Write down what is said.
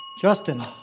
Justin